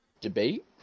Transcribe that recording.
Debate